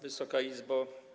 Wysoka Izbo!